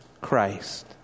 Christ